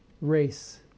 race